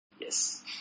Yes